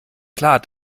klar